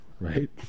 Right